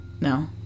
no